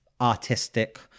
artistic